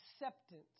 acceptance